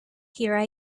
here